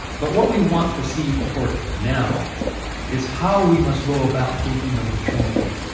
but what we want to see for now is how we must go about thinking of the trinity.